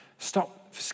Stop